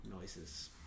noises